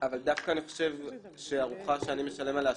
אבל דווקא אני חושב שהארוחה שאני משלם עליה,